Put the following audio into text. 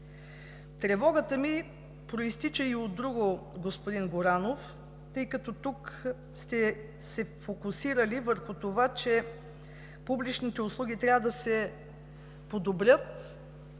Тревогата ми произтича и от друго, господин Горанов, тъй като тук сте се фокусирали върху това, че публичните услуги трябва да се подобрят,